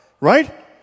Right